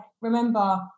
remember